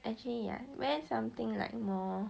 actually ya wear something like more